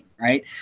right